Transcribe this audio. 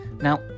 now